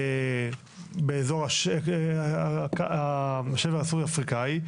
באזור השבר הסורי אפריקאי,